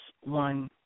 one